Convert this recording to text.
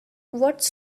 what’s